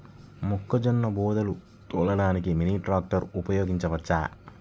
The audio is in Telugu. మొక్కజొన్న బోదెలు తోలడానికి మినీ ట్రాక్టర్ ఉపయోగించవచ్చా?